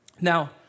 Now